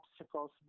obstacles